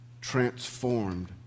transformed